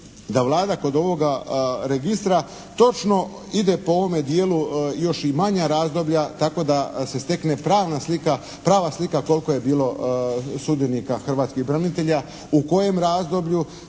da Vlada kod ovoga registra točno ide po ovome dijelu još i manja razdoblja tako da se stekne prava slika koliko je bilo sudionika hrvatskih branitelja, u kojem razdoblju